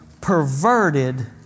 perverted